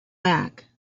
back